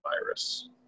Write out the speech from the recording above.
virus